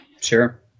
Sure